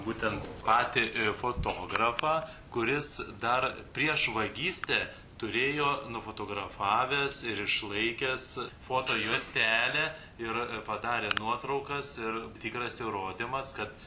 būtent patį fotografą kuris dar prieš vagystę turėjo nufotografavęs ir išlaikęs fotojuostelę ir padarė nuotraukas ir tikras įrodymas kad